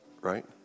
right